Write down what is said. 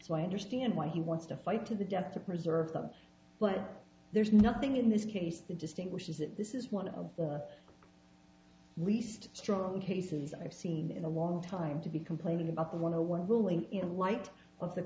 so i understand why he wants to fight to the death to preserve them but there's nothing in this case that distinguishes that this is one of least strong cases i've seen in a long time to be complaining about one a one ruling in light of the